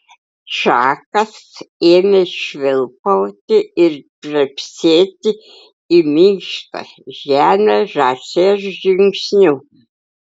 čakas ėmė švilpauti ir trepsėti į minkštą žemę žąsies žingsniu